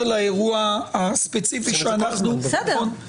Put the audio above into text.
לאירוע הספציפי שאנחנו --- עושים את זה כל הזמן.